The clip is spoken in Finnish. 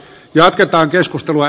jatketaan keskustelua